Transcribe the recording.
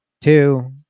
two